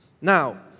Now